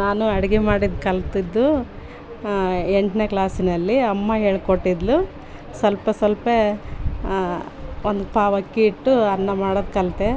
ನಾನು ಅಡಿಗೆ ಮಾಡಿದ್ದು ಕಲ್ತಿದ್ದು ಎಂಟನೇ ಕ್ಲಾಸಿನಲ್ಲಿ ಅಮ್ಮ ಹೇಳ್ಕೊಟ್ಟಿದ್ಲು ಸ್ವಲ್ಪ ಸ್ವಲ್ಪೇ ಒಂದು ಪಾವು ಅಕ್ಕಿ ಇಟ್ಟು ಅನ್ನ ಮಾಡೋದು ಕಲಿತೆ